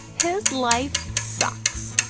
his life sucks.